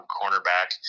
cornerback